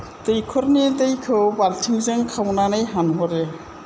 दैखरनि दैखौ बाल्थिंजों खावनानै हानहरो